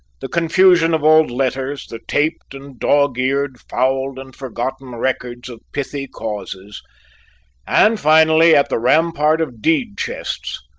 the confusion of old letters the taped and dog-eared, fouled, and forgotten records of pithy causes and, finally, at the rampart of deed-chests,